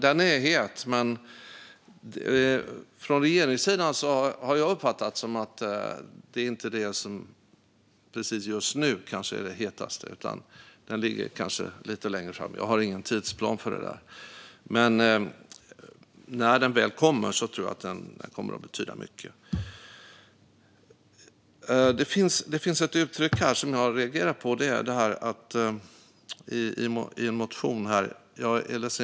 Den är het, men för regeringen kanske den inte precis just nu är den hetaste, som jag har uppfattat det. Den ligger kanske lite längre fram. Jag har ingen tidsplan, men när den väl kommer tror jag att den kommer att betyda mycket. Det finns ett uttryck i en motion som jag har reagerat på.